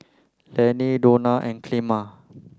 Lenny Donna and Clemma